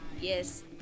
Yes